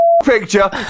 picture